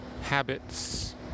habits